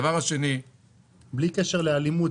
הדבר השני --- בלי קשר לאלימות,